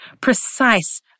precise